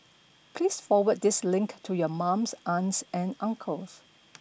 please forward this link to your mums aunts and uncles